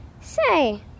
Say